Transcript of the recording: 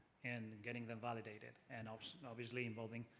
and getting them validated. and ah obviously involving